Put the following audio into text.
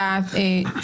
כמו שאת רואה,